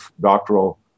doctoral